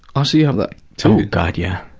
ah so you have that too? oh god yeh,